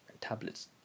tablets